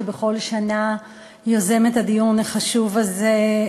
שבכל שנה יוזם את הדיון החשוב הזה,